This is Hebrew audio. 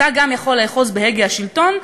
אתה גם יכול לאחוז בהגה השלטון,